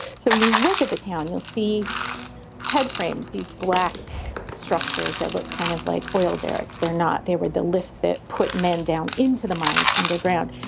so you look at the town, you'll see head frames. these black structures that look kind of like oil derricks, they're not. they were the lifts that put man down into the mines underground.